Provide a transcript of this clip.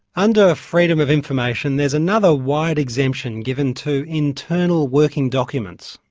under freedom of information there's another wide exemption given to internal working documents,